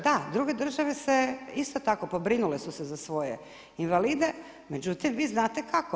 Da, druge države se isto tako pobrinule su se za svoje invalide, međutim vi znate kako.